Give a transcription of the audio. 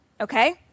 Okay